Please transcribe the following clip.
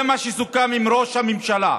זה מה שסוכם עם ראש הממשלה.